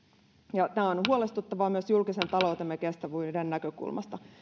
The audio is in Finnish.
ja tämä on huolestuttavaa myös julkisen taloutemme kestävyyden näkökulmasta